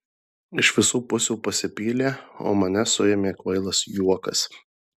iš visų pusių pasipylė o mane suėmė kvailas juokas